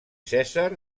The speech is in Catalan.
cèsar